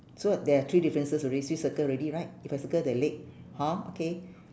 so there're three differences already so you circle already right if I circle the leg hor okay